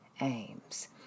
aims